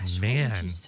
Man